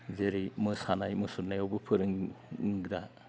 जेरै मोसानाय मुसुरनायावबो फोरोंग्रा